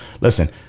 listen